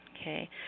okay